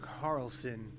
Carlson